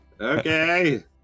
okay